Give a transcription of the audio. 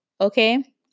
Okay